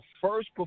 first